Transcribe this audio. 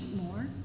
more